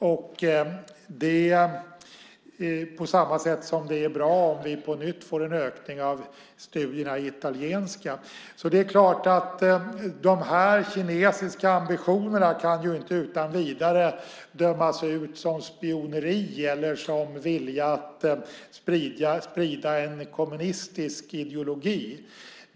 På samma sätt är det bra om vi på nytt får en ökning av studierna i italienska. De kinesiska ambitionerna kan ju inte utan vidare dömas ut som spioneri eller vilja att sprida en kommunistisk ideologi.